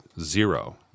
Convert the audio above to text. zero